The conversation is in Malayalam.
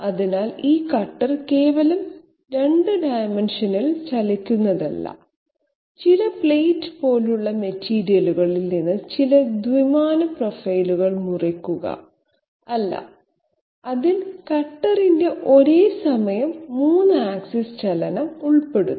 അതിനാൽ ഈ കട്ടർ കേവലം 2 ഡയമെൻഷനിൽ ചലിക്കുന്നതല്ല ചില പ്ലേറ്റ് പോലുള്ള മെറ്റീരിയലുകളിൽ നിന്ന് ചില ദ്വിമാന പ്രൊഫൈലുകൾ മുറിക്കുക അല്ല അതിൽ കട്ടറിന്റെ ഒരേസമയം 3 ആക്സിസ് ചലനം ഉൾപ്പെടുന്നു